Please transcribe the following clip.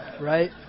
Right